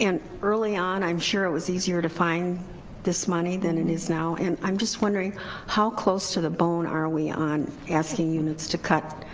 and early on i'm sure it was easier to find this money than it is now and i'm just wondering how close to the bone are we on asking units to cut?